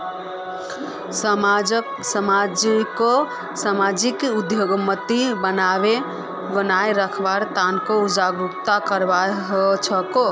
समाजक सामाजिक उद्यमिता बनाए रखवार तने जागरूकता करवा हछेक